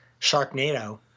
sharknado